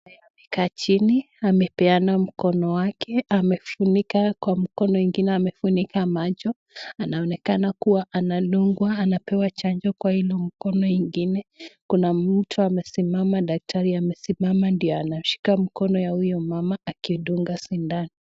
Amekaa chini amepeana mkono wake amefunika kwa mkono ingine amefunika mach, anaonekana kuwa anadungwa anapewa chanjo kwa Ile mkono ingine Kuna mtu ambaye amesimama, daktari amesimama ndio anamshika mkono wa huyo mama akidunga sindano.